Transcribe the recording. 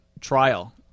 trial